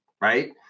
Right